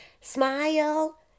Smile